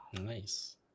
nice